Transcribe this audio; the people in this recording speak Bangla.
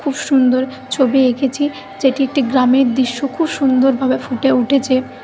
খুব সুন্দর ছবি এঁকেছি যেটি একটি গ্রামের দৃশ্য খুব সুন্দরভাবে ফুটে উঠেছে